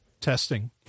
testing